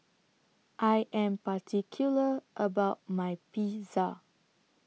I Am particular about My Pizza